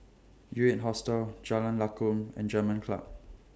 U eight Hostel Jalan Lakum and German Club